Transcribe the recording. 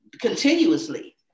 continuously